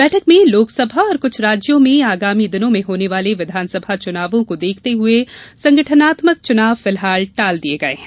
बैठक में लोकसभा और कुछ राज्यों में आगामी दिनों में होने वाले विधानसभा चुनावों को देखते हुए संगठनात्मक चुनाव फिलहाल टाल दिये गये हैं